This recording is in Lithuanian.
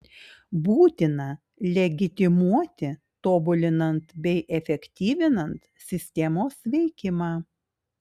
būtina legitimuoti tobulinant bei efektyvinant sistemos veikimą